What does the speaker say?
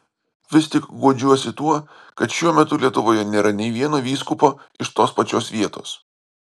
vis tik guodžiuosi tuo kad šiuo metu lietuvoje nėra nė vieno vyskupo iš tos pačios vietos